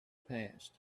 passed